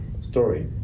story